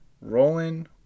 rolling